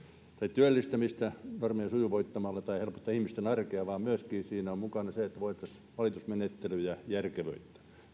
työllistämistä normeja sujuvoittamalla tai helpotetaan ihmisten arkea vaan siinä on mukana myöskin se että voitaisiin valitusmenettelyjä järkevöittää